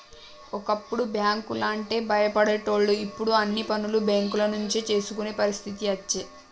ఒకప్పుడు బ్యాంకు లంటే భయపడేటోళ్లు ఇప్పుడు అన్ని పనులు బేంకుల నుంచే చేసుకునే పరిస్థితి అచ్చే